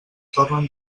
tornen